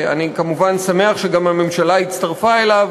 ואני כמובן שמח שגם הממשלה הצטרפה אליו,